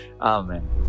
amen